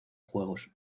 juegos